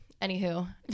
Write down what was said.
anywho